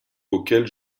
auxquels